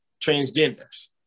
transgenders